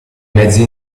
mezzi